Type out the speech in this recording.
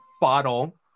bottle